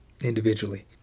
individually